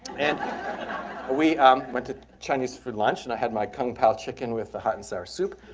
and we went to chinese for lunch. and i had my kung pao chicken with the hot and sour soup.